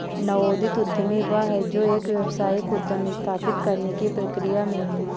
नवोदित उद्यमी वह है जो एक व्यावसायिक उद्यम स्थापित करने की प्रक्रिया में है